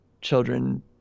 children